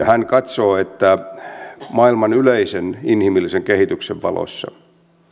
hän katsoo että maailman yleisen inhimillisen kehityksen valossa